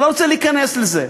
אני לא רוצה להיכנס לזה.